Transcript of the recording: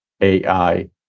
AI